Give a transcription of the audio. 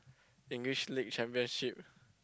English-League-Championship